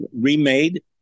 remade